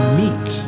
meek